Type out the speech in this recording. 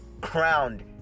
crowned